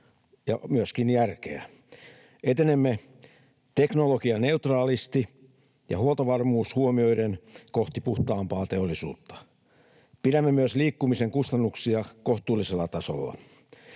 ja myöskin järkeä. Etenemme teknologianeutraalisti ja huoltovarmuus huomioiden kohti puhtaampaa teollisuutta. Pidämme myös liikkumisen kustannuksia kohtuullisella tasolla.